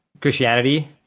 Christianity